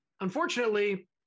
Unfortunately